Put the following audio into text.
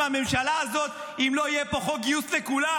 מהממשלה הזאת אם לא יהיה פה חוק גיוס לכולם.